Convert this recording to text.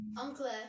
uncle